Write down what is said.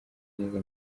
neza